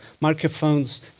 microphones